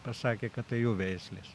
pasakė kad tai jų veislės